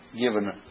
given